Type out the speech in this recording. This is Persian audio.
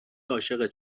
عاشقت